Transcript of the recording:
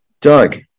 Doug